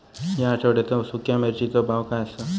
या आठवड्याचो सुख्या मिर्चीचो भाव काय आसा?